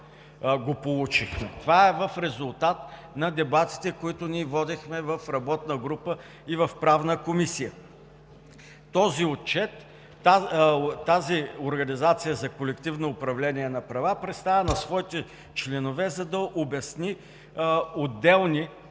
Това е в резултат на дебатите, които водихме в работна група и в Правна комисия. Този отчет тази организация за колективно управление на права представи на своите членове, за да обясни отделни – вярно,